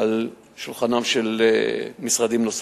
על שולחנם של משרדים נוספים.